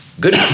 Good